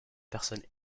personne